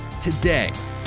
Today